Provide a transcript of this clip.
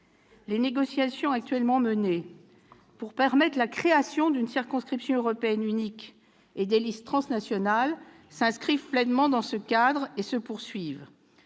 Les négociations menées actuellement pour permettre la création d'une circonscription européenne unique et des listes transnationales s'inscrivent pleinement dans ce cadre et se poursuivent.